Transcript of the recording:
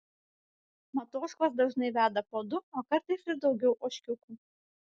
mat ožkos dažnai veda po du o kartais ir daugiau ožkiukų